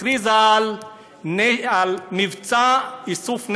הכריזה על מבצע איסוף נשק: